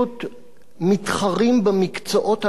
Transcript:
מתחרים במקצועות הלא-נכונים.